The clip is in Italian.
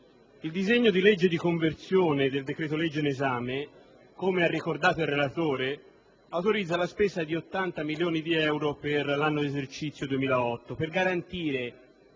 il disegno di legge di conversione del decreto-legge in esame, come ha ricordato il relatore, autorizza la spesa di 80 milioni di euro per l'anno di esercizio 2008 per garantire,